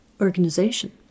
organization